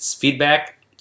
Feedback